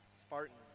Spartans